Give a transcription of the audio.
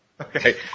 Okay